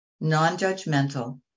non-judgmental